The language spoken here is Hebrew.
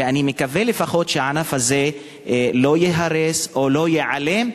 ואני מקווה לפחות שהענף הזה לא ייהרס או לא ייעלם,